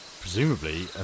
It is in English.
Presumably